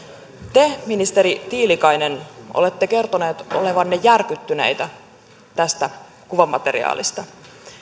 te ministeri tiilikainen olette kertonut olevanne järkyttynyt tästä kuvamateriaalista